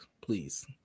Please